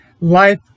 life